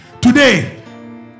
Today